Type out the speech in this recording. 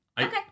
Okay